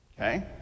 Okay